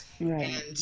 Right